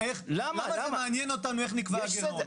למה זה מעניין אותנו איך נקבע הגירעון?